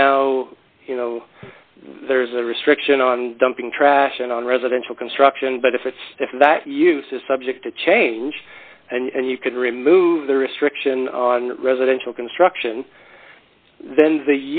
now you know there is a restriction on dumping trash and on residential construction but if it's if that use is subject to change and you could remove the restriction on residential construction then the